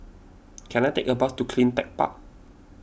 can I take a bus to CleanTech Park